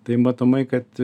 tai matomai kad